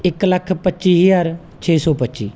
ਇੱਕ ਲੱਖ ਪੱਚੀ ਹਜ਼ਾਰ ਛੇ ਸੌ ਪੱਚੀ